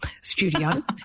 studio